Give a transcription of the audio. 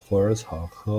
虎耳草科